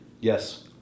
Yes